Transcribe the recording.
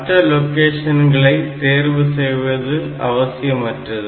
மற்ற லொகேஷன்களை தேர்வு செய்வது அவசியமற்றது